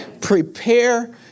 Prepare